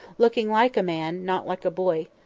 looking like a man, not like a boy.